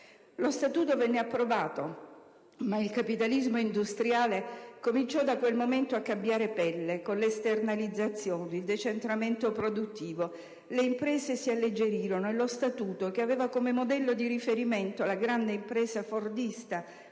Lo Statuto venne approvato, ma il capitalismo industriale cominciò da quel momento a cambiare pelle, con le esternalizzazioni e il decentramento produttivo. Le imprese si alleggerirono e lo Statuto, che aveva come modello di riferimento la grande impresa fordista,